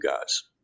guys